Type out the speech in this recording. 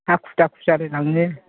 हाखु दाखु जालायलाङो